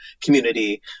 community